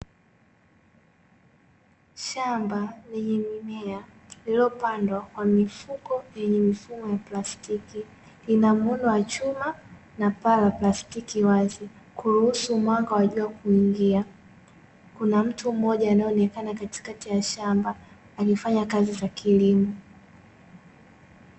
Shamba lenye mimea lililopandwa kwenye mifuko yenye mifumo wa plastiki, lina muundo wa chuma na paa la plastiki wazi kuruhusu mwanga wa juu kuingia, kuna mtu mmoja anayeonekana katikati ya shamba akifanya shughuli za kilimo.